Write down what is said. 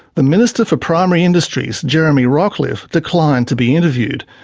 the minister for primary industries, jeremy rockliff, declined to be interviewed,